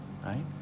right